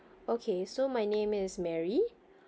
okay so my name is mary